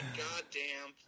goddamn